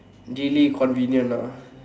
really convenient lah